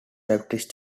baptist